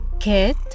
Kit